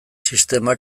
sistema